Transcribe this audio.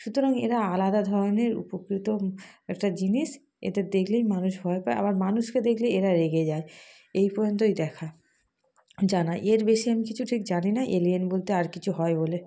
সুতরাং এরা আলাদা ধরনের উপকৃত একটা জিনিস এদের দেখলেই মানুষ ভয় পায় আবার মানুষকে দেখলে এরা রেগে যায় এই পর্যন্তই দেখা জানা এর বেশি আমি কিছু ঠিক জানি না এলিয়েন বলতে আর কিছু হয় বলে